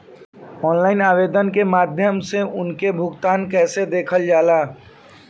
Online आवेदन के माध्यम से उनके भुगतान कैसे देखल जाला?